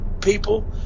people